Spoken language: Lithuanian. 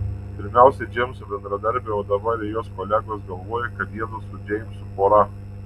pirmiausia džeimso bendradarbiai o dabar ir jos kolegos galvoja kad jiedu su džeimsu pora